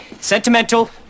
sentimental